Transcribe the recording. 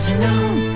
No